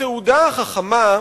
התעודה החכמה,